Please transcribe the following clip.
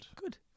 Good